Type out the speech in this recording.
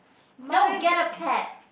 no get a pet